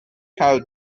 how